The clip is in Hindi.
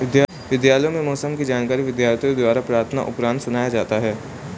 विद्यालयों में मौसम की जानकारी विद्यार्थियों द्वारा प्रार्थना उपरांत सुनाया जाता है